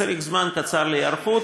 צריך זמן קצר להיערכות.